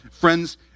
Friends